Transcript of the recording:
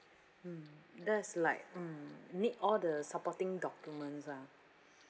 mm that's like mm need all the supporting documents lah